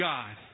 God